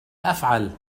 أفعل